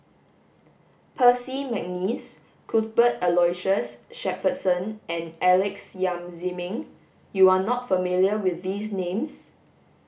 Percy McNeice Cuthbert Aloysius Shepherdson and Alex Yam Ziming you are not familiar with these names